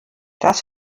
das